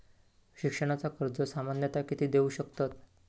शिक्षणाचा कर्ज सामन्यता किती देऊ शकतत?